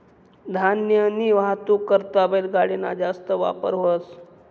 धान्यनी वाहतूक करता बैलगाडी ना जास्त वापर व्हस